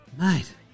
Mate